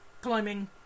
climbing